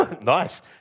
Nice